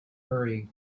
hurrying